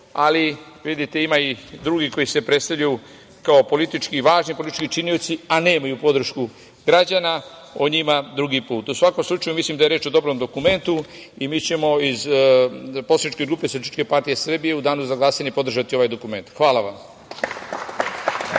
ali vidite, ima i drugi koji se predstavljaju kao politički, važni politički činioci, a nemaju podršku građana, o njima drugi put.U svakom slučaju, mislim da je reč o dobrom dokumentu i mi ćemo iz poslaničke grupe SPS u danu za glasanje podržati ovaj dokument. Hvala vam.